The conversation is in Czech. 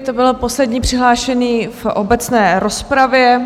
To byl poslední přihlášený v obecné rozpravě.